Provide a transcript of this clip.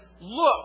look